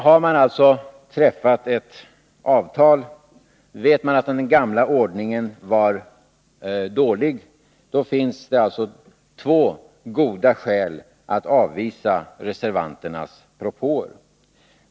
Har man alltså träffat ett avtal och vet man att den gamla ordningen var dålig, då finns det två goda skäl att avvisa reservanternas propåer.